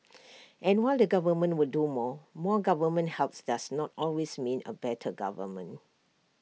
and while the government will do more more government help does not always mean A better government